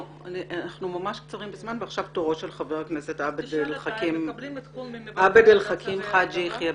עכשיו תורו של חבר הכנסת עבד אל חכים חאג' יחיא.